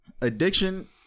Addiction